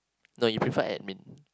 no you prefer admin